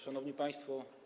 Szanowni Państwo!